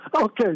Okay